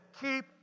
keep